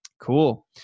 Cool